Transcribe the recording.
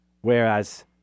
whereas